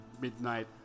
midnight